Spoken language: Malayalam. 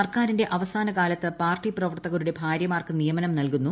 സർക്കാരിന്റെ അവസാന കാലത്ത് പാർട്ടി പ്രവർത്തകരുടെ ഭാര്യമാർക്ക് നിയമനം നൽകുന്നു